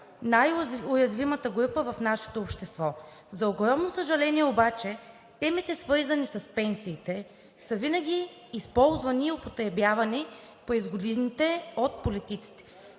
най-уязвимата група в нашето общество. За огромно съжаление обаче темите, свързани с пенсиите, винаги са използвани и употребявани през годините от политиците.